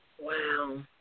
Wow